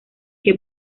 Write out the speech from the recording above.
que